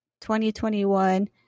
2021